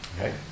Okay